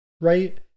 right